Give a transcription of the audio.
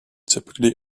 typically